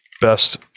best